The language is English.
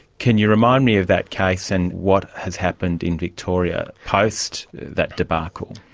can you remind me of that case and what has happened in victoria post that debacle?